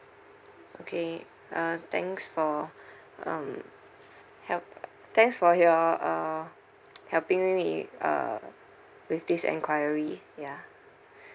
okay uh thanks for um help ah thanks for your uh helping me with uh with this enquiry ya